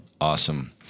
Awesome